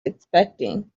expecting